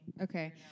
Okay